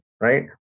Right